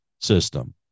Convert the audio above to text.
system